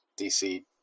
DC